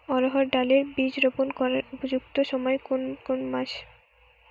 অড়হড় ডাল এর বীজ রোপন করার উপযুক্ত সময় কোন কোন মাস?